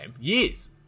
years